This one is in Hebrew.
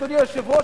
אדוני היושב-ראש,